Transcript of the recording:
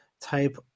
type